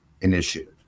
Initiative